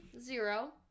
Zero